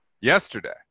Yesterday